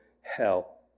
hell